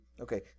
Okay